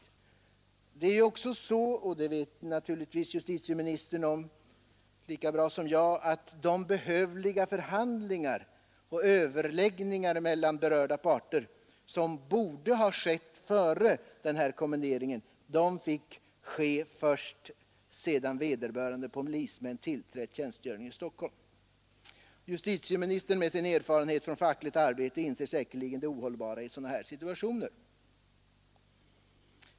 Vidare är det så — och det vet naturligtvis justitieministern lika bra som jag — att de nödvändiga förhandlingar och överläggningar mellan berörda parter, som borde ha föregått denna kommendering, kom till stånd först sedan vederbörande polismän hade tillträtt tjänstgöringen i Stockholm. Med den erfarenhet justitieministern har av fackligt arbete inser han säkerligen det ohållbara i en sådan situation.